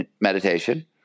meditation